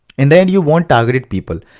in the end you want targeted people.